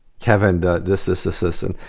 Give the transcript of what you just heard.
kevin, this, this, this, this. and